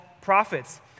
prophets